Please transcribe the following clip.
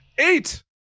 Eight